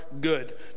good